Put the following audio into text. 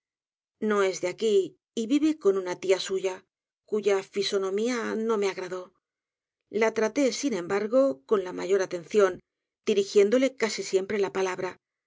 nó es dé áqüi y vive con una tía suya cuya fisonomía no me agradó la traté sin embargó con la mayor aterícion dirigiéndole siempre la p'alabra